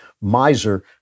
miser